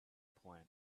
planet